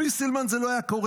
בלי סילמן זה לא היה קורה.